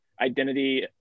identity